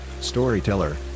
storyteller